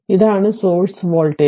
ഇതാണ് source voltage